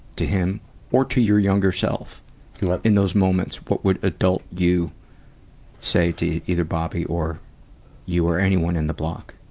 to him or to your younger self like in those moments, what would adult you say to either bobby or you or anyone in the block?